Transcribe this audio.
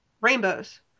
rainbows